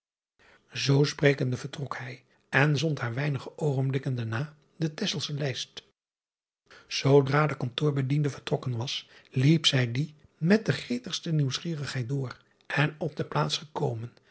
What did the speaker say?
oo sprekende vertrok hij en zond haar weinige oogenblikken daarna de exelsche ijst oodra de kantoorbediende vertrokken was liep zij die met de gretigste nieuwsgierigheid door en op de plaats gekomen